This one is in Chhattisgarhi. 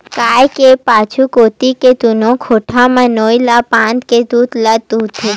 गाय के पाछू कोती के दूनो गोड़ म नोई ल बांधे के दूद ल दूहूथे